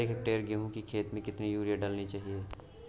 एक हेक्टेयर गेहूँ की खेत में कितनी यूरिया डालनी चाहिए?